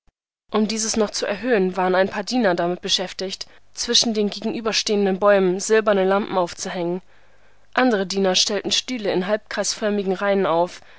um dieses noch zu erhöhen waren ein paar diener damit beschäftigt zwischen den gegenüberstehenden bäumen silberne lampen aufzuhängen andere diener stellten stühle in halbkreisförmigen reihen auf